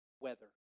weather